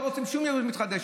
לא רוצים שום יהדות מתחדשת.